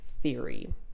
theory